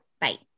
Bye